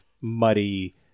muddy